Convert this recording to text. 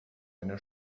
eine